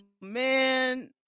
man